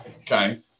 Okay